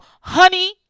Honey